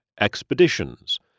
Expeditions